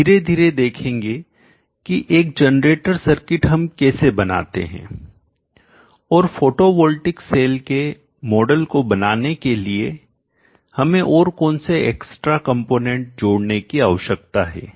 हम धीरे धीरे देखेंगे कि एक जनरेटर सर्किट हम कैसे बनाते हैं और फोटोवोल्टिक सेल के मॉडल को बनाने के लिए हमें और कौन से एक्स्ट्रा कंपोनेंट्स जोड़ने की आवश्यकता है